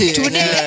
Today